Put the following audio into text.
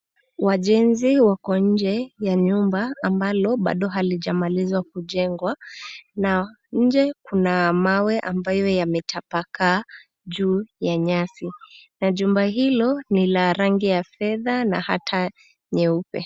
Wajenzi wako nje ya nyumba ambalo bado halijamalizwa kujengwa na nje kuna mawe ambayo yametapakaa juu ya nyasi na jumba hilo ni la rangi ya fedha na hata nyeupe.